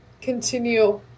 continue